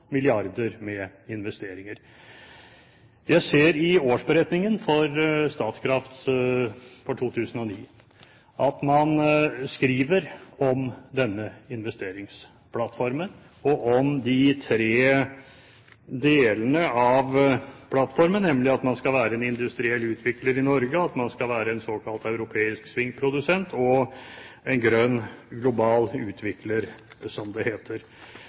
milliarder med investeringer. Jeg ser i årsberetningen for Statkraft for 2009 at man skriver om denne investeringsplattformen, og om de tre delene av plattformen, at man skal være en industriell utvikler i Norge, at man skal være en såkalt europeisk svingprodusent, og at man skal være en grønn global utvikler, som det heter.